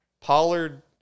Pollard